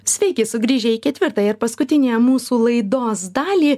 sveiki sugrįžę į ketvirtą ir paskutiniąją mūsų laidos dalį